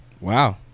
wow